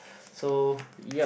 so yup